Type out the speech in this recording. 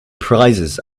prizes